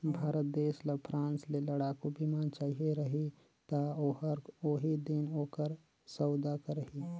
भारत देस ल फ्रांस ले लड़ाकू बिमान चाहिए रही ता ओहर ओही दिन ओकर सउदा करही